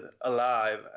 Alive